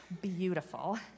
beautiful